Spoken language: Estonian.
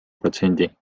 protsendi